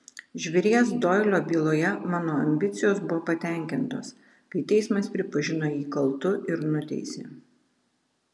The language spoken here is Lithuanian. žvėries doilio byloje mano ambicijos buvo patenkintos kai teismas pripažino jį kaltu ir nuteisė